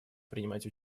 принимать